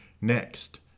next